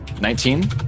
Nineteen